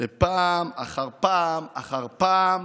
ופעם אחר פעם אחר פעם